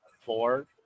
Four